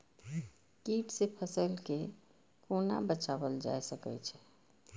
कीट से फसल के कोना बचावल जाय सकैछ?